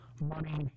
money